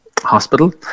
hospital